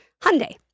Hyundai